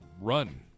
run